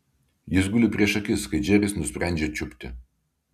jis guli prieš akis kai džeris nusprendžia čiupti